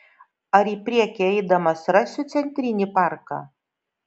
ar į priekį eidamas rasiu centrinį parką